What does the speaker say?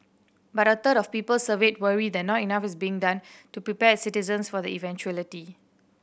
but a third of people surveyed worry that not enough is being done to prepare citizens for the eventuality